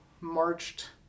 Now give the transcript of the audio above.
marched